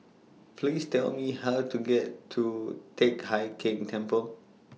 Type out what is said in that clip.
Please Tell Me How to get to Teck Hai Keng Temple